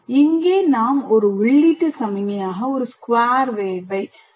இங்கே நாம் ஒரு உள்ளீட்டு சமிக்ஞையாக ஒரு square wave ஐ phase detectorக்கு கொடுக்கப்படுகிறது